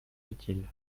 utile